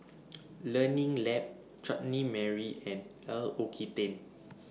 Learning Lab Chutney Mary and L'Occitane